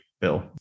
bill